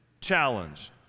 challenge